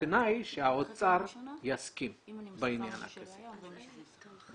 בתנאי שהאוצר יסכים בעניין הכסף הזה.